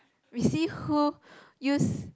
we see who use